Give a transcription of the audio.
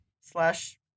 slash